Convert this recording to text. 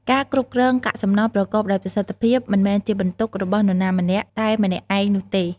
ការគ្រប់គ្រងកាកសំណល់ប្រកបដោយប្រសិទ្ធភាព មិនមែនជាបន្ទុករបស់នរណាម្នាក់តែម្នាក់ឯងនោះទេ។